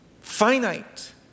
finite